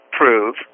prove